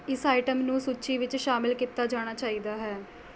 ਇਸ ਆਈਟਮ ਨੂੰ ਸੂਚੀ ਵਿੱਚ ਸ਼ਾਮਿਲ ਕੀਤਾ ਜਾਣਾ ਚਾਹੀਦਾ ਹੈ